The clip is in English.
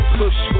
push